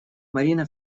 марина